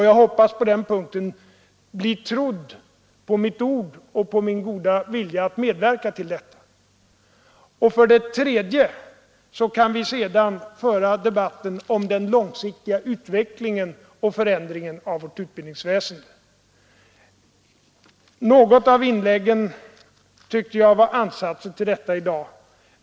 Jag hoppas på den punkten bli trodd på mitt ord och på min goda vilja att medverka till detta. Sedan kan vi föra debatten om den långsiktiga utvecklingen och förändringen av vårt utbildningsväsende. Något av inläggen i dag tyckte jag visade ansatser härtill.